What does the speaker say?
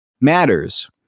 matters